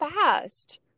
fast